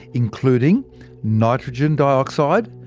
including nitrogen dioxide,